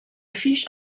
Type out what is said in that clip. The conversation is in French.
fish